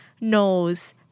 knows